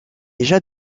déjà